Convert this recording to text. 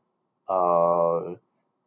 uh